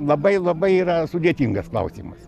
labai labai yra sudėtingas klausimas